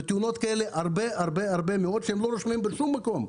ויש הרבה תאונות כאלו שלא נרשמות בשום מקום.